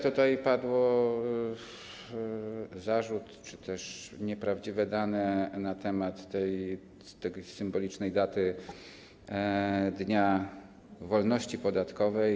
Tutaj padł zarzut czy też podano nieprawdziwe dane na temat tej symbolicznej daty dnia wolności podatkowej.